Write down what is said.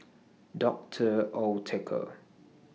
Doctor Oetker